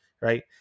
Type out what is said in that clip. right